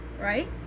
right